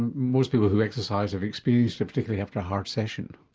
most people who exercise have experienced it, particularly after a hard session.